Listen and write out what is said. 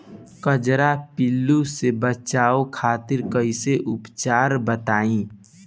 कजरा पिल्लू से बचाव खातिर कोई उपचार बताई?